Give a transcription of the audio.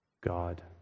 God